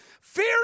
fear